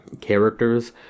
characters